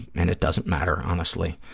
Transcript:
and it doesn't matter, honestly.